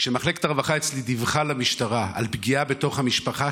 כשמחלקת הרווחה אצלי דיווחה למשטרה על פגיעה בתוך המשפחה,